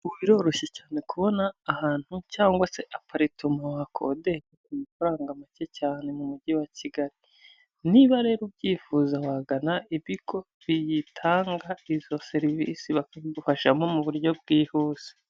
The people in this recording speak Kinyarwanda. Ubu biroroshye cyane kubona ahantu cyangwa se aparituma wakodesha ku mafaranga make cyane mu mugi wa Kigali, niba rero ubyifuza wagana ibigo biyitanga, izo serivisi bakabigufashamo mu buryo bwihuse.